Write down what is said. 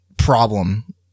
Problem